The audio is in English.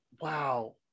Wow